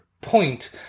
point